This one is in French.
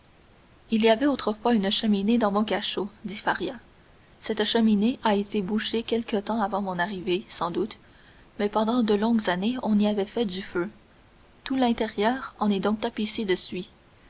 il y avait autrefois une cheminée dans mon cachot dit faria cette cheminée a été bouchée quelque temps avant mon arrivée sans doute mais pendant de longues années on y avait fait du feu tout l'intérieur en est donc tapissé de suie